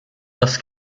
das